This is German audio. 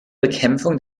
bekämpfung